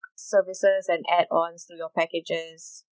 services and add ons to your packages